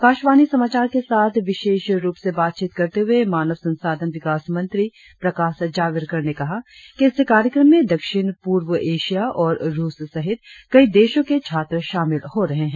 आकाशवाणी समाचार के साथ विशेष रुप से बातचीत करते हुए मानव संसाधन विकास मंत्री प्रकाश जावड़ेकर ने कहा कि इस कार्यक्रम में दक्षिण पूर्व एशिया और रुस सहित कई देशों के छात्र शामिल हो रहे हैं